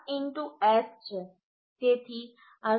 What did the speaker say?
7 S છે તેથી આ 0